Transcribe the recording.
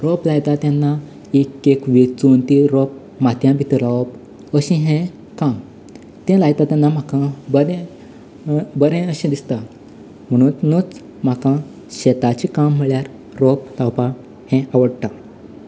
रोंप लायता तेन्ना एक एक वेंचून तें रोंप मातये भितर लावप अशें हें काम तें लायता तेन्ना म्हाका बदें बरें अशें दिसता म्हणुनच म्हाका शेताचें काम म्हणल्यार रोंप लावपाक हें आवडटा